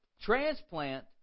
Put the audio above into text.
transplant